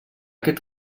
aquest